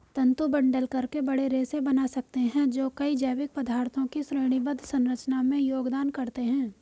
तंतु बंडल करके बड़े रेशे बना सकते हैं जो कई जैविक पदार्थों की श्रेणीबद्ध संरचना में योगदान करते हैं